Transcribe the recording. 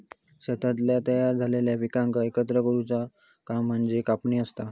शेतातल्या तयार झालेल्या पिकाक एकत्र करुचा काम म्हणजे कापणी असता